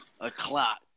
o'clock